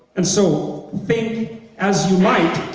and so think as you might,